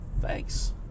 thanks